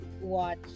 watch